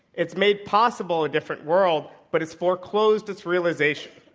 it's made possible a different world, but it's foreclosed its realization.